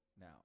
now